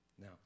Now